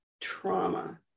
trauma